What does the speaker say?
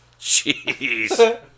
jeez